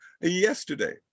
yesterday